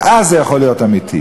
ואז זה יכול להיות אמיתי.